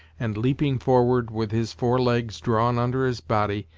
and leaping forward, with his four legs drawn under his body,